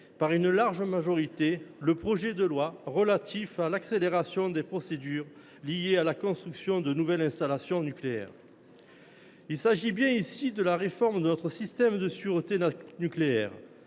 avec une large majorité, la loi relative à l’accélération des procédures liées à la construction de nouvelles installations nucléaires. Il s’agit bien ici de la réforme de notre système de sûreté nucléaire.